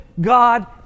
God